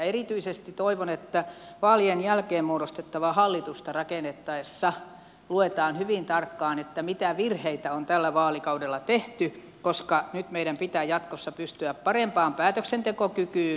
erityisesti toivon että vaalien jälkeen muodostettavaa hallitusta rakennettaessa luetaan hyvin tarkkaan mitä virheitä on tällä vaalikaudella tehty koska nyt meidän pitää jatkossa pystyä parempaan päätöksentekokykyyn